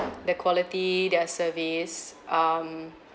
the quality their service um